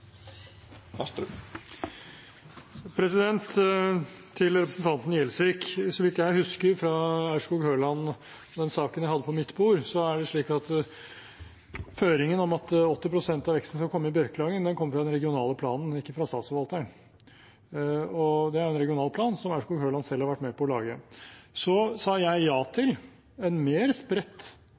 Til representanten Gjelsvik: Så vidt jeg husker fra Aurskog-Høland og den saken jeg hadde på mitt bord, er det slik at føringen om at 80 pst. av veksten skal komme i Bjørkelangen, kommer fra den regionale planen, ikke fra Statsforvalteren. Det er en regional plan som Aurskog-Høland selv har vært med på å lage. Jeg sa ja til en mer spredt